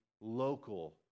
local